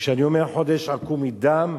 כשאני אומר "חודש עקוב מדם",